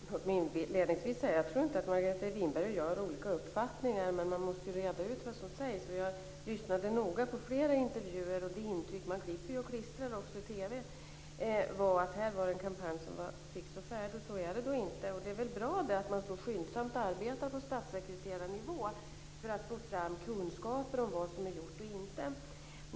Fru talman! Låt mig inledningsvis säga att jag inte tror att Margareta Winberg och jag har olika uppfattningar, men man måste ju reda ut vad som sägs. Jag lyssnade noga på flera intervjuer, och man klipper och klistrar ju i TV också. Det intryck man fick var att här var det en kampanj som var fix och färdig, och så är det då inte. Det är väl bra att man arbetar så skyndsamt på statssekreterarnivå för att få fram kunskaper om vad som är gjort och vad som inte är gjort.